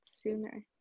sooner